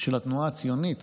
של התנועה הציונית